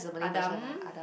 Adam